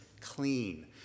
clean